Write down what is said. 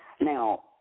Now